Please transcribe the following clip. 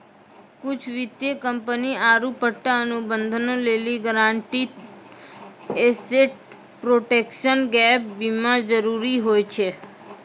कुछु वित्तीय कंपनी आरु पट्टा अनुबंधो लेली गारंटीड एसेट प्रोटेक्शन गैप बीमा जरुरी होय छै